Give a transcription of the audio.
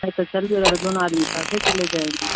अरे तो चलिएगा तो दोनों आदमी साथे चले जाएँगे